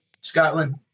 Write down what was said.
Scotland